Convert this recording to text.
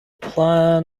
plan